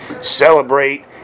celebrate